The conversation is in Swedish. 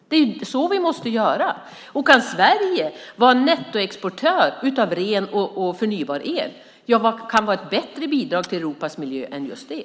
Det är ju så vi måste göra. Och kan Sverige vara nettoexportör av ren och förnybar el, vad kan då vara ett bättre bidrag till Europas miljö än just det?